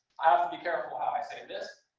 i have to be careful how i say this,